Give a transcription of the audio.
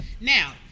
Now